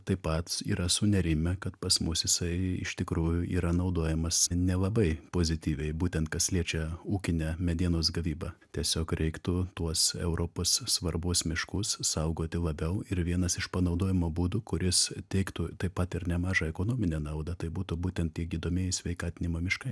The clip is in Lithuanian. tai pats yra sunerimę kad pas mus jisai iš tikrųjų yra naudojamas nelabai pozityviai būtent kas liečia ūkinę medienos gavybą tiesiog reiktų tuos europos svarbos miškus saugoti labiau ir vienas iš panaudojimo būdų kuris teiktų taip pat ir nemažą ekonominę naudą tai būtų būtent tie gydomieji sveikatinimo miškai